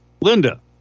linda